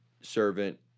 servant